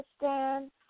Pakistan